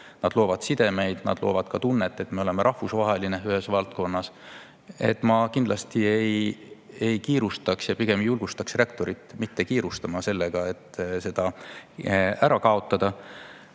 Nad loovad sidemeid, nad loovad tunnet, et me oleme rahvusvaheline ühes valdkonnas. Ma kindlasti ei kiirustaks – ja pigem julgustaks ka rektorit mitte kiirustama – seda ära kaotama.